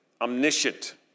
omniscient